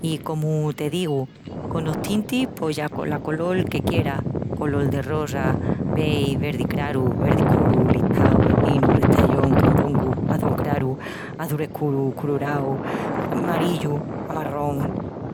I comu te digu, conos tintis pos ya la colol que quieras: colol-de-rosa, beis, verdi craru, verdi escuru, listau, verdinu, restrallón, candongu, azul craru, azul escuru, colorau, marillu, amarrón,...